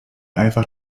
einfach